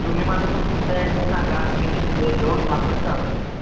तुम्ही मला तुम तुमचा ॲड्रेस सांगा मी तिथे येतोच आपण जाऊयात मग